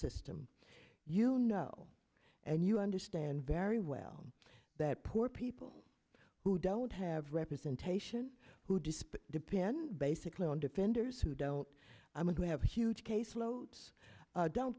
system you know and you understand very well that poor people who don't have representation who despise dippin basically on defenders who don't i'm going to have a huge case loads don't